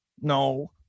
No